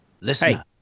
listen